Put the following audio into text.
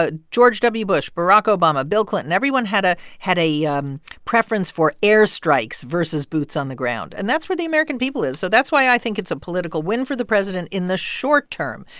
ah george w. bush, barack obama, bill clinton everyone had ah had a um preference for airstrikes versus boots on the ground. and that's where the american people is, so that's why i think it's a political win for the president in the short term.